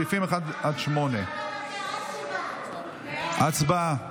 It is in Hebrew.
סעיפים 1 8. הצבעה.